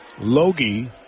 Logie